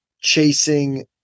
chasing